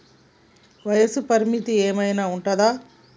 వయస్సు పరిమితి ఏమైనా ఉంటుందా?